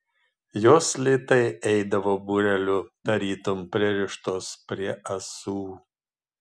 jos lėtai eidavo būreliu tarytum pririštos prie ąsų